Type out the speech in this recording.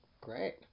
Great